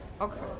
Okay